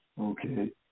okay